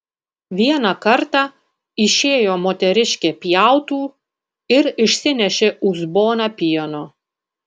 vieną kartą išėjo moteriškė pjautų ir išsinešė uzboną pieno